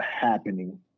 happening